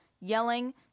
yelling